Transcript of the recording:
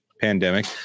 pandemic